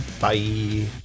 Bye